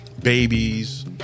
Babies